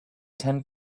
ten